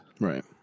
Right